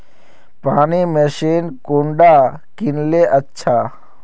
पानी मशीन कुंडा किनले अच्छा?